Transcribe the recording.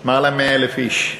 יותר מ-1,000 איש,